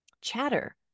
chatter